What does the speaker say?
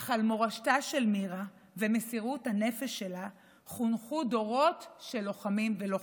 אך על מורשתה של מירה ומסירות הנפש שלה חונכו דורות של לוחמים ולוחמות.